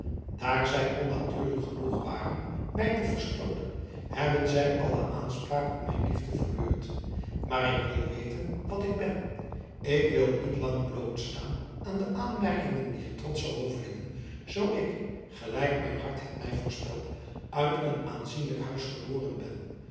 daar zij onnatuurlijk genoeg waren mij te verstooten hebben zij alle aanspraak op mijn liefde verbeurd maar ik wil weten wat ik ben ik wil niet langer blootstaan aan de aanmerkingen dier trotsche hovelingen zoo ik gelijk mijn hart het mij voorspelt uit een aanzienlijk huis geboren ben